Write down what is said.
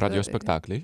radijo spektakliai